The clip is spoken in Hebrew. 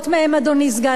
אדוני סגן השר.